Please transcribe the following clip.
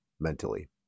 mentally